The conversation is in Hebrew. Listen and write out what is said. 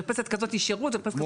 אבל אם יצטרכו קשר עם --- לא,